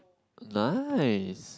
nice